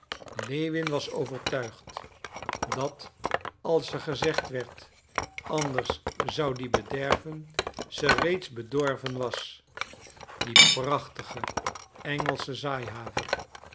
lewin was overtuigd dat als er gezegd werd anders zou die bederven ze reeds bedorven was die prachtige engelsche